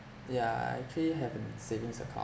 yeah I actually have a savings account